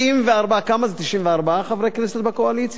94, כמה זה, 94 חברי כנסת בקואליציה?